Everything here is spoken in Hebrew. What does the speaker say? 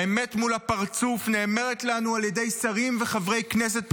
האמת מול הפרצוף נאמרת לנו על ידי שרים וחברי כנסת.